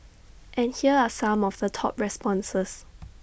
and here are some of the top responses